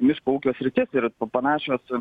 miško ūkio sritis ir pa panašios